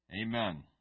Amen